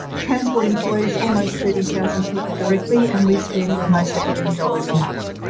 transport employees, almost thirty thousand people directly and we spend almost a billion dollars a month.